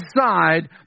side